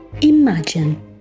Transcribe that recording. imagine